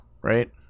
right